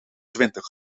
twintig